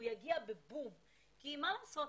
הוא יגיע ב"בום" כי מה לעשות?